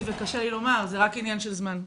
וקשה לי לומר זה רק עניין של זמן.